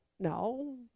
No